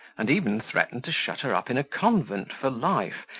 and even threatened to shut her up in a convent for life,